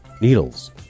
Needles